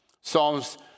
Psalms